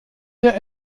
der